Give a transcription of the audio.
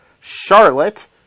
Charlotte